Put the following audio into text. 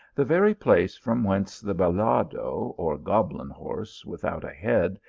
the very place from whence the bellado, or goblin horse without a head,